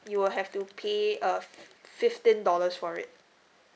you will have to pay uh f~ fifteen dollars for it